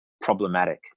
problematic